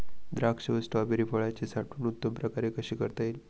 द्राक्ष व स्ट्रॉबेरी फळाची साठवण उत्तम प्रकारे कशी करता येईल?